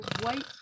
white